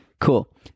Cool